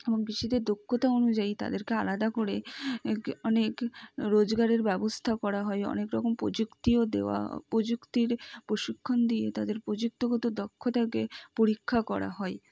এবং কৃষিতে দক্ষতা অনুযায়ী তাদেরকে আলাদা করে অনেক রোজগারের ব্যবস্থা করা হয় অনেক রকম প্রযুক্তিও দেওয়া প্রযুক্তির প্রশিক্ষণ দিয়ে তাদের প্রযুক্তিগত দক্ষতাকে পরীক্ষা করা হয়